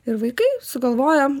ir vaikai sugalvojo